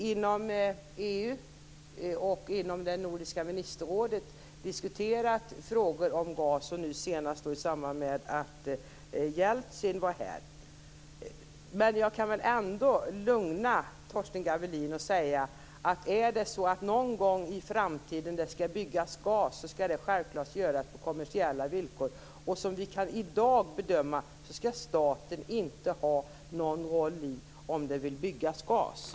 Inom EU, inom Nordiska ministerrådet och senast då president Jeltsin var här har vi diskuterat dessa frågor. Jag kan lugna Torsten Gavelin och säga att om det någon gång i framtiden skall byggas för gasen, skall det självfallet ske på kommersiella villkor. Som vi i dag kan bedöma skall staten så att säga inte ha någon roll i om man vill bygga för gasen.